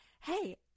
Hey